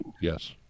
Yes